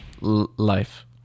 life